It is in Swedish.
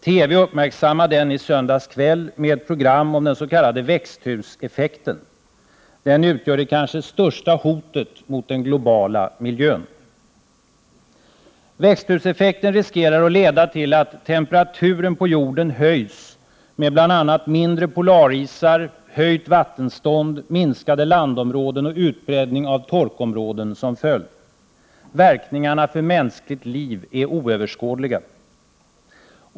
TV uppmärksammade den i söndags kväll med ett program om den s.k. växthuseffekten. Den utgör det kanske största hotet mot den globala miljön. Växthuseffekten riskerar att leda till att temperaturen på jorden höjs med bl.a. mindre polarisar, höjt vattenstånd, minskade landområden och utbredning av torrområden som följd. Verkningarna för mänskligt liv är oöverskådliga.